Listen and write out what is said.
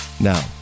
Now